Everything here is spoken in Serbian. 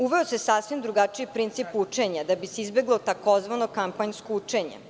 Uveo se sasvim drugačiji princip učenja da bi se izbeglo tzv. kampanjsko učenje.